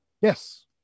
Yes